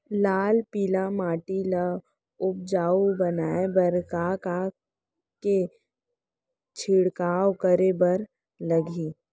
लाल पीली माटी ला उपजाऊ बनाए बर का का के छिड़काव करे बर लागही?